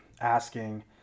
asking